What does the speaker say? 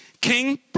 King